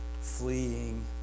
fleeing